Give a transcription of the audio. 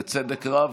בצדק רב,